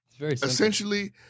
essentially